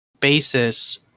basis